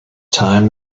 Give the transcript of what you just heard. time